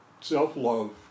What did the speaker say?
Self-love